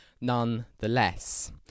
nonetheless